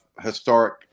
historic